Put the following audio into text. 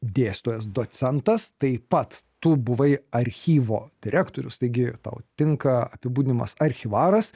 dėstytojas docentas taip pat tu buvai archyvo direktorius taigi tau tinka apibūdinimas archyvaras